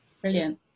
brilliant